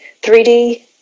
3D